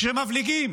כשמבליגים